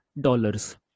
dollars